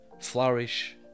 flourish